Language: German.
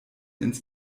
ins